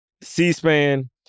C-SPAN